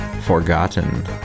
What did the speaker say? forgotten